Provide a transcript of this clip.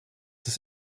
his